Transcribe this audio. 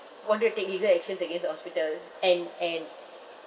wanted to take legal actions against the hospital and and